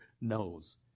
knows